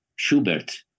schubert